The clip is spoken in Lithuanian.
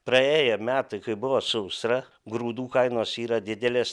praėję metai kai buvo sausra grūdų kainos yra didelės